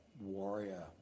warrior